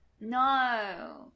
No